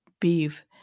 beef